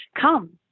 Come